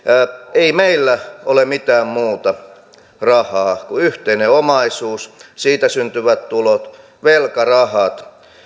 ei meillä ole mitään muuta rahaa kuin yhteinen omaisuus siitä syntyvät tulot velkarahat